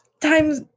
time's